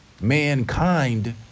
Mankind